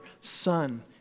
Son